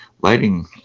Lighting